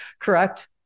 correct